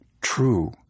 true